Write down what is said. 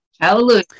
Hallelujah